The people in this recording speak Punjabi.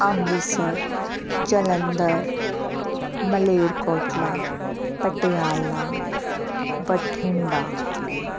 ਅੰਮ੍ਰਿਤਸਰ ਜਲੰਧਰ ਮਲੇਰਕੋਟਲਾ ਪਟਿਆਲਾ ਬਠਿੰਡਾ